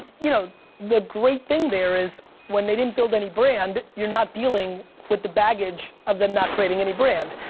you know the great thing there is when they didn't build any brand you're not dealing with the baggage of them not creating any brand.